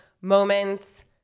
moments